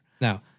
Now